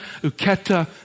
uketa